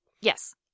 Yes